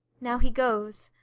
now he goes,